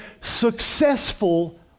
successful